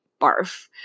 barf